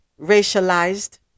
racialized